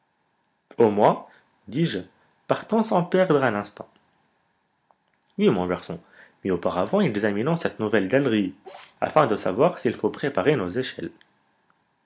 au moins dis-je partons sans perdre un instant oui mon garçon mais auparavant examinons cette nouvelle galerie afin de savoir s'il faut préparer nos échelles